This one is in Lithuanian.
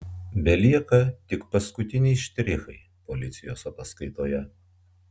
belieka tik paskutiniai štrichai policijos ataskaitoje